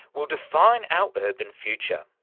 will define our urban future.